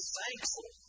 thankful